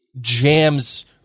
jams